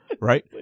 Right